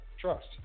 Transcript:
trust